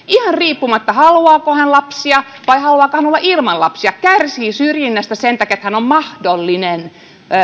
ihan riippumatta siitä haluaako hän lapsia vai haluaako hän olla ilman lapsia kärsii syrjinnästä sen takia että hän on mahdollinen